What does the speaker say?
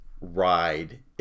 ride